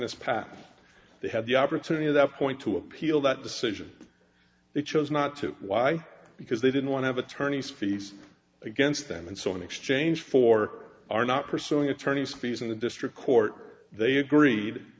this past they have the opportunity to that point to appeal that decision they chose not to lie because they didn't want have attorneys fees against them and so in exchange for our not pursuing attorney's fees in the district court they agreed